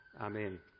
Amen